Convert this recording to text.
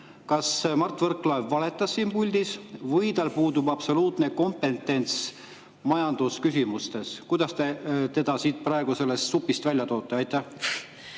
kas Mart Võrklaev valetas siin puldis või tal puudub absoluutselt kompetents majandusküsimustes? Kuidas te teda praegu sellest supist välja toote? Tänan!